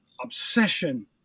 obsession